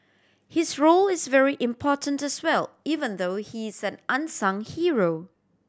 his role is very important as well even though he's an unsung hero